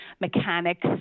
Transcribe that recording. mechanics